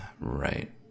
Right